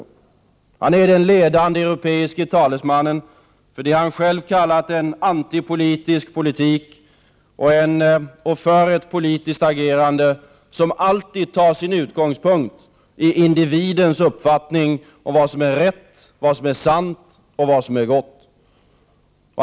Våclav Havel är den ledande europeiska talesmannen för det han själv kallat antipolitisk politik och för ett politiskt agerande som alltid tar sin utgångspunkt i individens uppfattning om vad som är rätt, sant och gott.